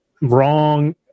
wrong